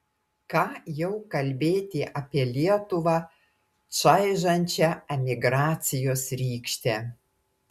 ką jau kalbėti apie lietuvą čaižančią emigracijos rykštę